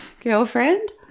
girlfriend